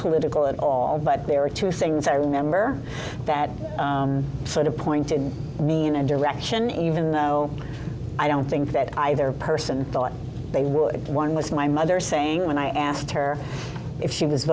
political at all but there were two things i remember bad for pointed me in a direction even though i don't think that either person thought they would one was my mother saying when i asked her if she was